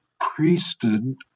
priesthood